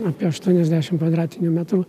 apie aštuoniasdešimt kvadratinių metrų